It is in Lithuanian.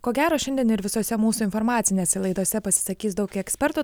ko gero šiandien ir visose mūsų informacinėse laidose pasisakys daug ekspertų